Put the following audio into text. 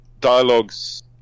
dialogues